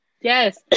yes